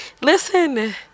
Listen